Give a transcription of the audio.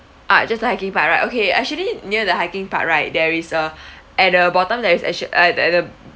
ah just the hiking part right okay actually near the hiking part right there is a at the bottom there is actu~ uh at at the